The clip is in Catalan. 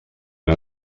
una